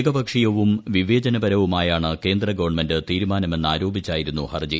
ഏകപക്ഷീയവും വിവേചനപരവുമായാണ് കേന്ദ്ര ഗവൺമെന്റ് തീരുമാനമെന്നാരോപിച്ചായിരുന്നു ഹർജി